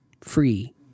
free